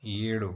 ಏಳು